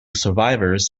survivors